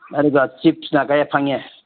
ꯑꯗꯨꯒ ꯆꯤꯞꯁꯅ ꯀꯌꯥ ꯐꯪꯉꯦ